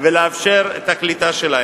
וכדי לאפשר את הקליטה שלהם.